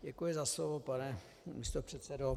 Děkuji za slovo, pane místopředsedo.